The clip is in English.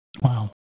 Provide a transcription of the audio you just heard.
Wow